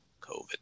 COVID